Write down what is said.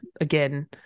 again